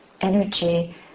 energy